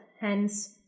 hence